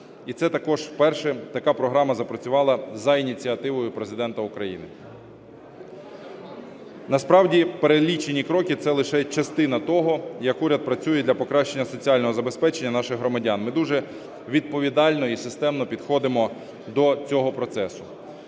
І це також вперше така програма запрацювала за ініціативи Президента України. Насправді, перелічені кроки – це лише частина того, як уряд працює для покращання соціального забезпечення наших громадян. Ми дуже відповідально і системно підходимо до цього процесу.